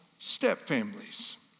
stepfamilies